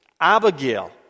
Abigail